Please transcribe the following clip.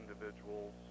individuals